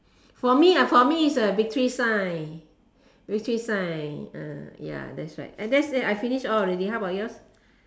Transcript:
for me ah for me is a victory sign victory sign ah ya that's right and that's that I finish all already how about yours